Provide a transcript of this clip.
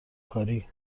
کاری